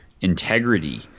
integrity